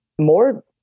More